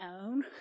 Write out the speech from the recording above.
own